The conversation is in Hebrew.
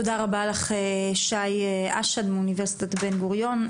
תודה רבה לך, שי אשד, מאוניברסיטת בן גוריון.